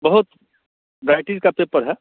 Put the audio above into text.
बहुत वेराइटी के पेपर हैं